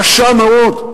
קשה מאוד.